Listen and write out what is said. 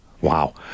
Wow